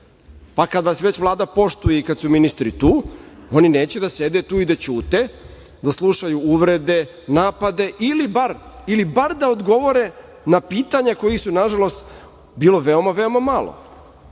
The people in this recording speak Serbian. Pa, kad vas već Vlada poštuje i kad su ministri tu, oni neće da sede tu i da ćute, da slušaju uvrede, napade ili bar da odgovore na pitanja kojih je, nažalost, bilo veoma, veoma malo. Mi